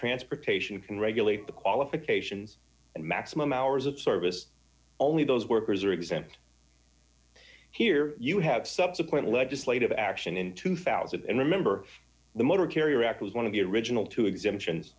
transportation can regulate the qualifications and maximum hours of service only those workers are exempt here you have subsequent legislative action in two thousand and remember the motor carrier act was one of the original two